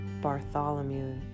Bartholomew